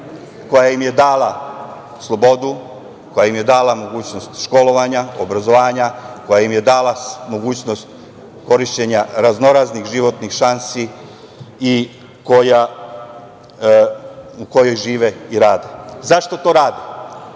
koja im je dala slobodu, koja im je dala mogućnost školovanja, obrazovanja, koja im je dala mogućnost korišćenja raznoraznih životnih šansi u kojoj žive i rade.Zašto to rade?